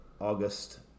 August